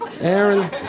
Aaron